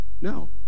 No